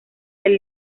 del